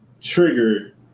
trigger